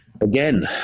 again